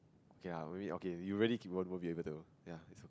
okay lah really okay you really won't won't able to ya